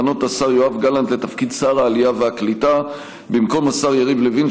למנות את השר יואב גלנט לתפקיד שר העלייה והקליטה במקום השר יריב לוין,